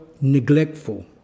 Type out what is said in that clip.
neglectful